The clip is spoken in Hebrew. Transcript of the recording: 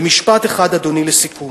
ומשפט אחד, אדוני, לסיכום: